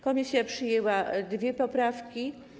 Komisja przyjęła dwie poprawki.